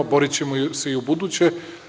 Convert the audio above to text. Borićemo se i ubuduće.